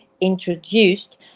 introduced